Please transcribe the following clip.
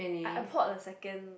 I I poured a second